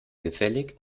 gefällig